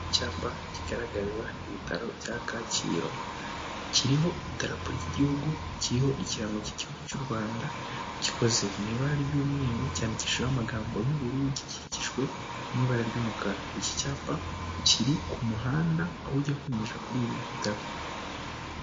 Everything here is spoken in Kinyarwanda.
Icyapa kigaragaza ibitaro bya Kacyiru, kiriho idarapo ry'igihugu, kiriho ikirango cy'igihugu cy'u Rwanda, gikoze mu ibara ry'umweru, cyandikishijeho amagambo y'ubururu, gikikijwe n'ibara ry'umukara, iki cyapa kiri ku muhanda aho ujya kwinjira kuri ibi bitaro.